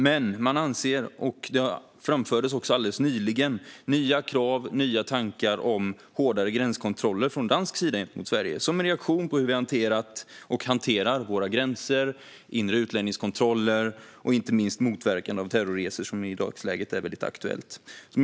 Från dansk sida framfördes också alldeles nyligen nya krav på och nya tankar om hårdare gränskontroller gentemot Sverige som en reaktion på hur vi har hanterat och hanterar våra gränser, inre utlänningskontroller och inte minst motverkande av terrorresor, som är väldigt aktuellt i dagsläget.